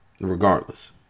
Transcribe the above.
regardless